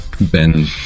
Ben